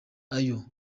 ayo